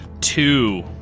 Two